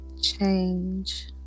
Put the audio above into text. Change